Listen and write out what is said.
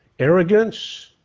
arrogance,